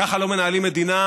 ככה לא מנהלים מדינה,